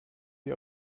sie